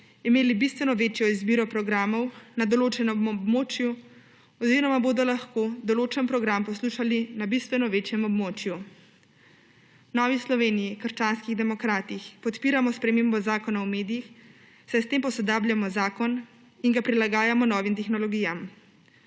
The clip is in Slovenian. imeli bistveno večjo izbiro programov na določenem območju oziroma bodo lahko določen program poslušali na bistveno večjem območju. V Novi Sloveniji – krščanski demokrati podpiramo spremembo Zakona o medijih, saj s tem posodabljamo zakon in ga prilagajmo novim tehnologijam.